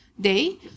day